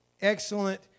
excellent